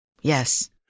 Yes